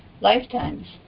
lifetimes